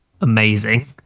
amazing